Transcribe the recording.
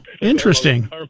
interesting